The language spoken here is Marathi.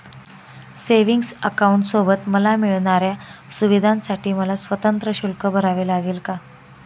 सेविंग्स अकाउंटसोबत मला मिळणाऱ्या सुविधांसाठी मला स्वतंत्र शुल्क भरावे लागेल का?